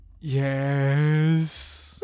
Yes